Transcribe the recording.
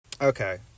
Okay